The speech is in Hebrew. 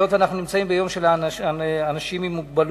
היות שאנחנו ביום של אנשים עם מוגבלויות,